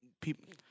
People